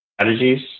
strategies